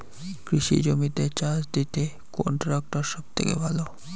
কৃষি জমিতে চাষ দিতে কোন ট্রাক্টর সবথেকে ভালো?